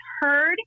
heard